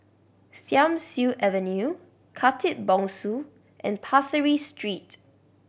Thiam Siew Avenue Khatib Bongsu and Pasir Ris Street